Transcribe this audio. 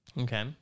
Okay